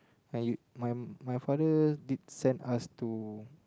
and you my my father did send us to